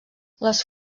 les